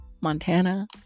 Montana